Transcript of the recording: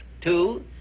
Two